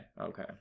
okay